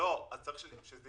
צריך לומר שזה